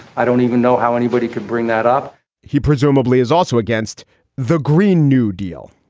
i don't even know how anybody could bring that up he presumably is also against the green new deal.